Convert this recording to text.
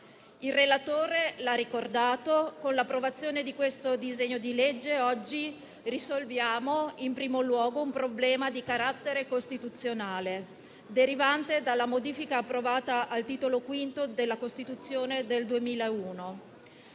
Il relatore l'ha ricordato: con l'approvazione di questo disegno di legge oggi risolviamo in primo luogo un problema di carattere costituzionale, derivante dalla modifica approvata nel 2001 al Titolo V della Costituzione.